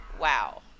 wow